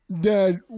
Dad